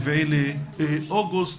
4 באוגוסט,